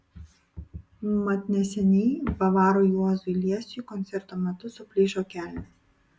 mat neseniai bavarui juozui liesiui koncerto metu suplyšo kelnės